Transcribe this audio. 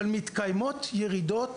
אבל מתקיימות ירידות